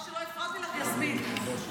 את רואה שלא הפרעתי לך, יסמין.